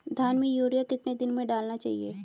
धान में यूरिया कितने दिन में डालना चाहिए?